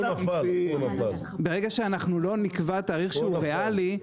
ברגע שלא נקבע תאריך ריאלי,